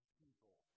people